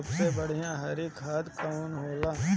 सबसे बढ़िया हरी खाद कवन होले?